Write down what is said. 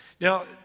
Now